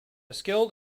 skilled